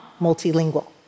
multilingual